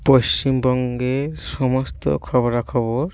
পশ্চিমবঙ্গের সমস্ত খবরাখবর